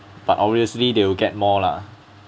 but obviously they will get more lah